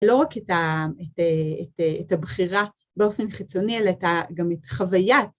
‫לא רק את הבחירה באופן חיצוני, ‫אלא גם את חוויית